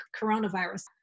coronavirus